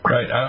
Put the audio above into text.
Right